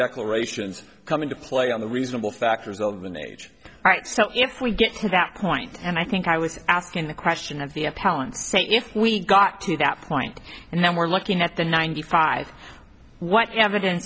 declarations come into play on the reasonable factors of an age right so if we get to that point and i think i was asking the question of the appellant saying if we got to that point and now we're looking at the ninety five what evidence